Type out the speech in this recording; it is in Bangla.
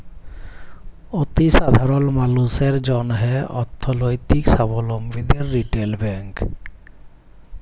অতি সাধারল মালুসের জ্যনহে অথ্থলৈতিক সাবলম্বীদের রিটেল ব্যাংক